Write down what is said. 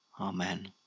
Amen